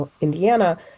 Indiana